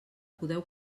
podeu